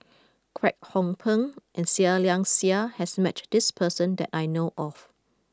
Kwek Hong Png and Seah Liang Seah has met this person that I know of